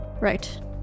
Right